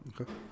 Okay